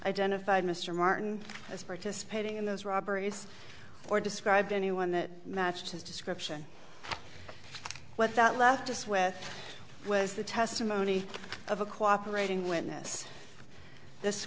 identified mr martin as participating in those robberies or described anyone that matched his description what that left us with was the testimony of a cooperating witness this